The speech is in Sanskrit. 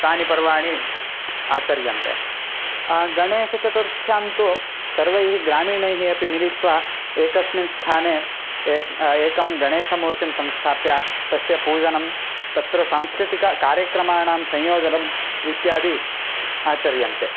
तानि पर्वाणि आचर्यन्ते गणेशचतुर्थ्यां तु सर्वैः ग्रामीणैः अपि मिलित्वा एकस्मिन् स्थाने एकम् एकं गणेशमूर्तिं संस्थाप्य तस्य पूजनं तत्र सांस्कृतिककार्यक्रमाणां संयोजनम् इत्यादि आचर्यन्ते